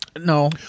No